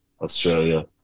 Australia